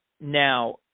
Now